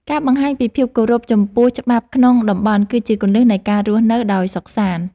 ការបង្ហាញពីភាពគោរពចំពោះច្បាប់ក្នុងតំបន់គឺជាគន្លឹះនៃការរស់នៅដោយសុខសាន្ដ។